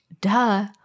duh